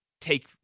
take